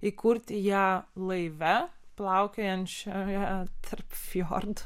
įkurti ją laive plaukiojančioje tarp fjordų